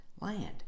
land